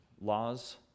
laws